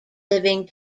living